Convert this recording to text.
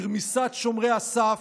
ברמיסת שומרי הסף,